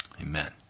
Amen